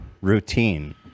routine